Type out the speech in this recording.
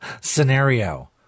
scenario